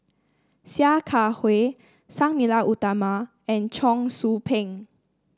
Sia Kah Hui Sang Nila Utama and Cheong Soo Pieng